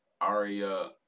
Aria